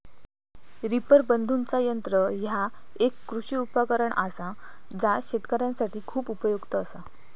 reaper बांधुचा यंत्र ह्या एक कृषी उपकरण असा जा शेतकऱ्यांसाठी खूप उपयुक्त असा